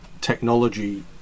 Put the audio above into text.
technology